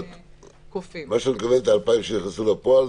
--- מה שאת מתכוונת ב-2,000 שנכנסו לפועל,